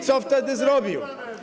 Co wtedy zrobił?